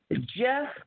Jeff